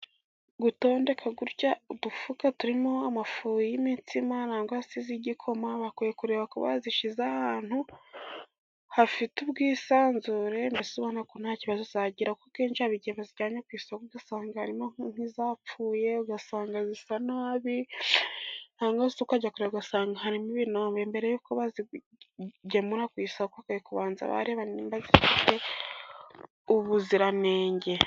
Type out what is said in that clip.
Gutondeka gutya udufuka turimo amafu y'imitsima, cyangwa se ay'igikoma, bakwiye kureba ko bayashyize ahantu hafite ubwisanzure mbese ubona ko nta kibazo yagira, kuko akenshi haba igihe bayajyanye ku isoko ugasanga hari nk'ayapfuye, ugasanga asa nabi cyangwa se ugasanga harimo ibinonko. Mbere yuko bayagemura ku isoko, bakwiye kubanza bareba niba afite ubuziranenge.